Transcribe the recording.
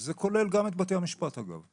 וזה כולל גם את בתי המשפט, אגב.